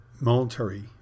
military